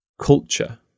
culture